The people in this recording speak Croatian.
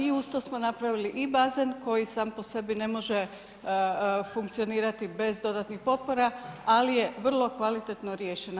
Uz to smo napravili i bazen koji sam po sebi ne može funkcionirati bez dodatnih potpora, ali je vrlo kvalitetno riješena.